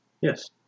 Yes